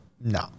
No